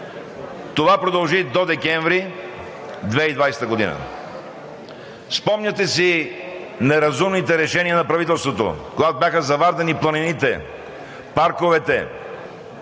Това продължи до декември 2020 г. Спомняте си неразумните решения на правителството – когато бяха завардени планините, парковете,